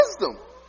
wisdom